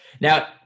now